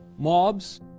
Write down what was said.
Mobs